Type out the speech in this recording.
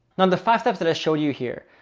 now, the five steps that i showed you here,